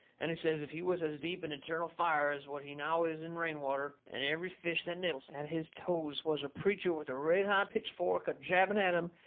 and he says if he was as deep in eternal fire as what he now is in rain-water, and every fish that nibbles at his toes was a preacher with a red-hot pitchfork a-jabbing at him,